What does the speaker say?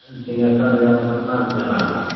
सिंघेश्वर जाइमे केतना रुपिआ लागै छै